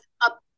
up